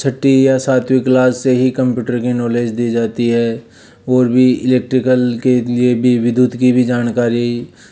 छठी या सातवीं क्लास से ही कंप्यूटर की नौलेज दी जाती है और भी इलेक्ट्रिकल के लिए भी विद्युत की भी जानकारी